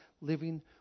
living